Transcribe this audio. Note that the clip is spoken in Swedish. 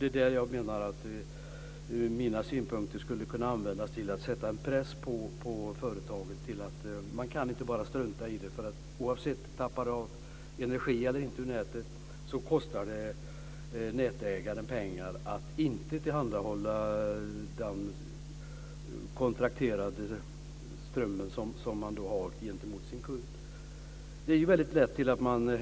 Det är där jag menar att mina synpunkter skulle kunna användas till att sätta en press på företagen så att de inte bara kan strunta i det här. Oavsett om man tappar av energi eller inte ur nätet kostar det nätägaren pengar att inte tillhandahålla den kontrakterade strömmen gentemot sin kund. Det är ju väldigt lätt när man